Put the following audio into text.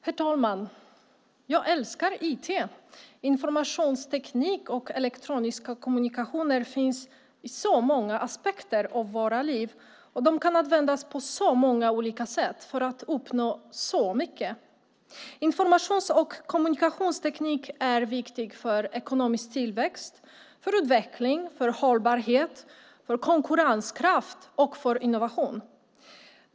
Herr talman! Jag älskar IT! Informationsteknik och elektroniska kommunikationer finns i så många aspekter av våra liv och de kan användas på så många olika sätt för att uppnå så mycket. Informations och kommunikationsteknik är viktig för ekonomisk tillväxt, för utveckling, för hållbarhet, för konkurrenskraft och för innovation.